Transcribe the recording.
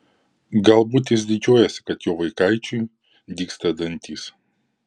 galbūt jis didžiuojasi kad jo vaikaičiui dygsta dantys